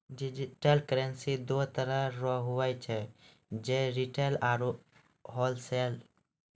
digital currency दो तरह रो हुवै छै रिटेल आरू होलसेल